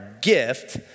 gift